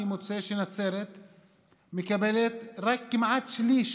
אני מוצא שנצרת מקבלת רק כמעט שליש